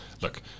look